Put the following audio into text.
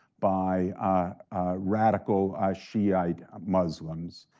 by radical shiite muslims,